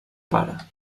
pare